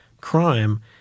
crime